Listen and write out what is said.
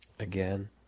Again